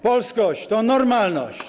Polskość to normalność.